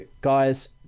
guys